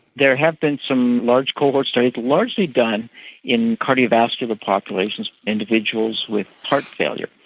there have been some large cohort studies, largely done in cardiovascular populations, individuals with heart failure,